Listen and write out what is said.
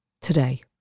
today